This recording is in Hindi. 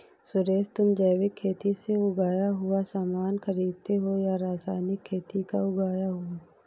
सुरेश, तुम जैविक खेती से उगाया हुआ सामान खरीदते हो या रासायनिक खेती का उगाया हुआ?